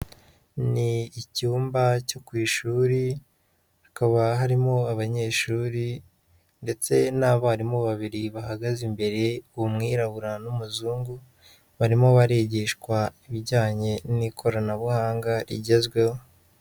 Ni icyumba cyo ku ishuri, hakaba harimo abanyeshuri ndetse n'abarimu babiri bahagaze imbere, umwirabura n'umuzungu, barimo barigishwa ibijyanye n'ikoranabuhanga rigezweho.